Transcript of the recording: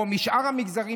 או משאר המגזרים,